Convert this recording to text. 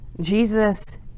Jesus